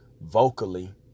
vocally